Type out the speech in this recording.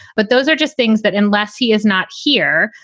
but those are just things that unless he is not here.